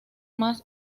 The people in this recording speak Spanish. más